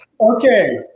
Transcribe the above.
Okay